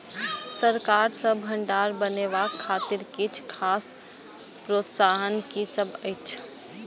सरकार सँ भण्डार बनेवाक खातिर किछ खास प्रोत्साहन कि सब अइछ?